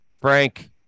Frank